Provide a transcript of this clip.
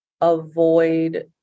avoid